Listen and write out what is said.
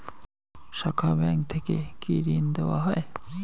শাখা ব্যাংক থেকে কি ঋণ দেওয়া হয়?